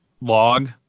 log